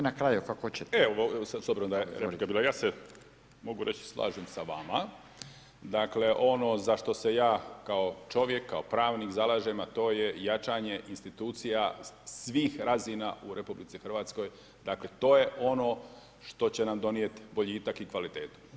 Vrlo kratko, dakle [[Upadica Radin: Ili sve možete na kraju, kako hoćete.]] Evo, s obzirom da je to bilo, ja se mogu reći slažem sa vama, dakle ono za što se ja kao čovjek, kao pravnik zalažem a to je jačanje institucija svih razina u RH, dakle to je ono što će nam donijeti boljitak i kvalitetu.